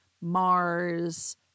Mars